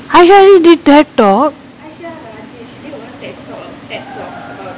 I heard you did TED talk